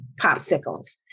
popsicles